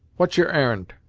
what's your ar'n'd,